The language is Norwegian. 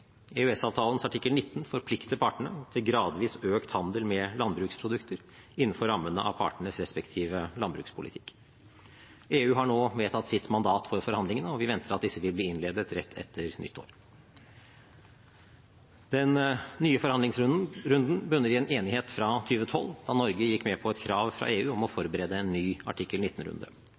artikkel 19 forplikter partene til gradvis økt handel med landbruksprodukter, innenfor rammene av partenes respektive landbrukspolitikk. EU har nå vedtatt sitt mandat for forhandlingene, og vi venter at disse vil bli innledet rett etter nyttår. Den nye forhandlingsrunden bunner i en enighet fra 2012, da Norge gikk med på et krav fra EU om å forberede en ny artikkel